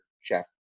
chef